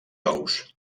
ous